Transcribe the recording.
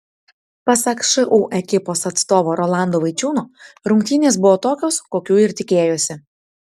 pasak šu ekipos atstovo rolando vaičiūno rungtynės buvo tokios kokių ir tikėjosi